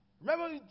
Remember